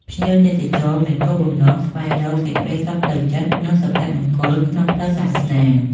ភ្ញៀវទេសចរ មានគោលបំណងស្វែងរកសេចក្តីសុខផ្លូវចិត្ត និងសុភមង្គលក្នុងផ្លូវសាសនា។